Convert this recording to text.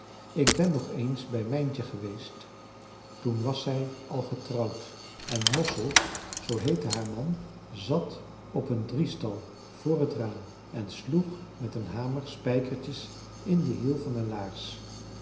ik ben nog eens bij mijntje geweest toen was zij al getrouwd en mossel zoo heette haar man zat op een driestal voor het raam en sloeg met een hamer spijkertjes in den hiel van een laars